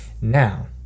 Now